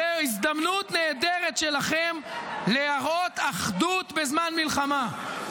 --- זו הזדמנות נהדרת שלכם להראות אחדות בזמן מלחמה.